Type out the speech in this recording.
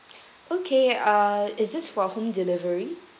okay uh is this for home delivery